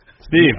Steve